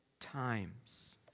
times